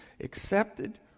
accepted